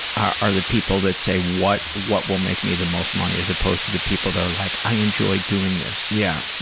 are are the people that say, what what will make me the most money, as opposed to the people that are like, i enjoy doing this. yeah. you